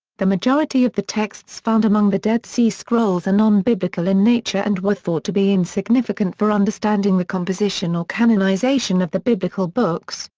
the majority of the texts found among the dead sea scrolls are non-biblical in nature and were thought to be insignificant for understanding the composition or canonization of the biblical books,